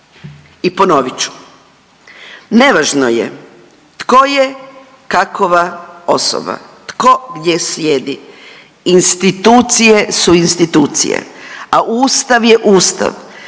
I ponovit ću, nevažno je tko je kakova osoba, tko gdje sjedi. Institucije su institucije, a Ustav je Ustav.